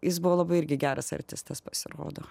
jis buvo labai irgi geras artistas pasirodo